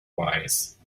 wise